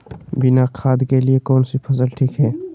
बिना खाद के लिए कौन सी फसल ठीक है?